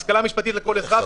השכלה משפטית לכל אחד,